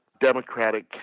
democratic